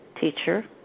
teacher